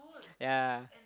ya